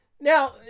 Now